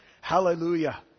Hallelujah